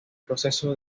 proceso